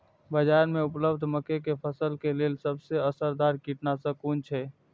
बाज़ार में उपलब्ध मके के फसल के लेल सबसे असरदार कीटनाशक कुन छै?